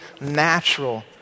natural